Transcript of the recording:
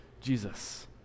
Jesus